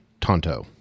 Tonto